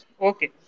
Okay